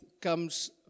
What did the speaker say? comes